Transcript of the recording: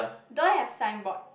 don't have signboard